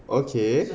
okay